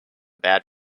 bad